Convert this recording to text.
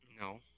No